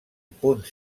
punt